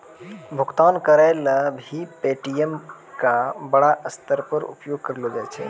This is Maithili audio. भुगतान करय ल भी पे.टी.एम का बड़ा स्तर पर उपयोग करलो जाय छै